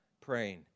praying